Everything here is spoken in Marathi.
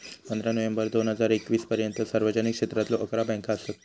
पंधरा नोव्हेंबर दोन हजार एकवीस पर्यंता सार्वजनिक क्षेत्रातलो अकरा बँका असत